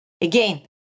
Again